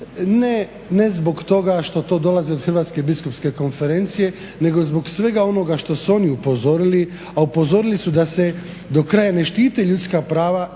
ne zbog toga što to dolazi od Hrvatske biskupske konferencije nego zbog svega onoga što su oni upozorili, a upozorili su da se do kraja ne štite ljudska prava